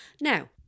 Now